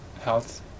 health